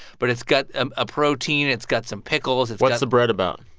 but it's got a protein. it's got some pickles. what's the bread about?